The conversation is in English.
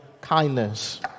kindness